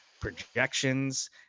projections